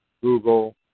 Google